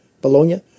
Bologna